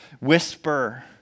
whisper